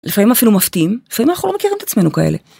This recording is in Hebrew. לפעמים אפילו מפתיעים, לפעמים אנחנו לא מכירים את עצמנו כאלה.